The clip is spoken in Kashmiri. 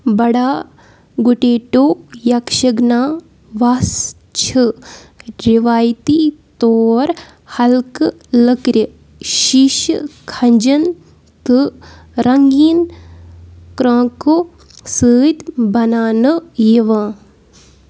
بَڑا گُٹِٹوٗ یَکشِگنا وَس چھِ رٮ۪وٲیتی طور ہلکہٕ لٔکرِ شیٖشہٕ کھنٛجَن تہٕ رٔنٛگیٖن کرٛانٛکو سۭتۍ بناونہٕ یِوان